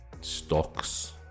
stocks